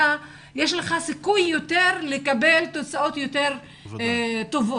יש לך סיכוי לקבל תוצאות יותר טובות.